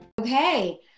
Okay